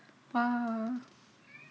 ah